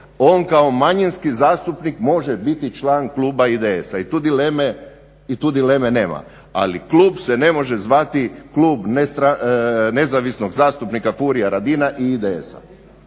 On kao manjinski zastupnik može biti član kluba IDS-a i tu dileme nema, ali klub se ne može zvati Klub nezavisnog zastupnika Furia Radina i IDS-a.